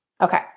Okay